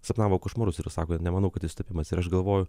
sapnavo košmarus ir sako nemanau kad tai sutapimas ir aš galvoju